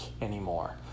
anymore